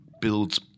builds